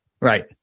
Right